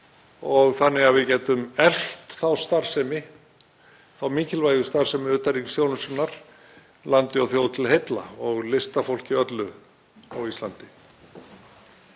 þannig að við getum eflt þá starfsemi, þá mikilvægu starfsemi utanríkisþjónustunnar, landi og þjóð til heilla og listafólki öllu á Íslandi.